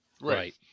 Right